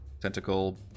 tentacle